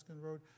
road